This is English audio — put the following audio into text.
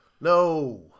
No